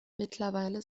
mittlerweile